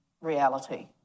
reality